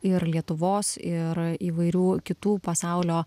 ir lietuvos ir įvairių kitų pasaulio